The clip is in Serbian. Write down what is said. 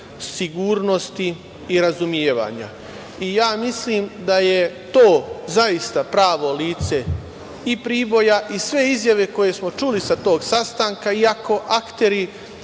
sigurnosti i razumevanja. Ja mislim da je to zaista pravo lice i Priboja i sve izjave koje smo čuli sa tog sastanka, iako akteri